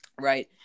Right